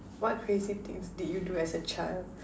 what crazy things did you do as a child